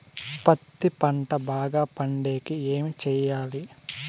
పత్తి పంట బాగా పండే కి ఏమి చెయ్యాలి?